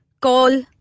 Call